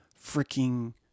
freaking